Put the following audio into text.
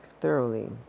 thoroughly